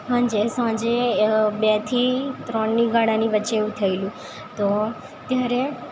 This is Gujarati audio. હાંજે સાંઝે બેથી ત્રણની ગાળાની વચ્ચે થએલું તો ત્યારે